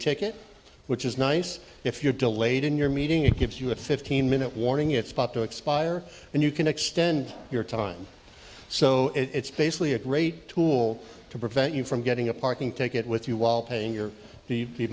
ticket which is nice if you're delayed in your meeting it gives you a fifteen minute warning it's spot to expire and you can extend your time so it's basically a great tool to prevent you from getting a parking ticket with you while paying your the